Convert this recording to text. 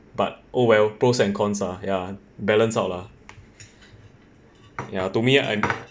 but oh well pros and cons lah ya balance out lah ya to me I'm